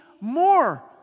more